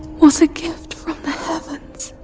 was a gift from the heavens!